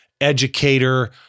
educator